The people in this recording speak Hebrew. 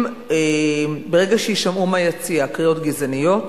ברגע שיישמעו מהיציע קריאות גזעניות,